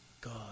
God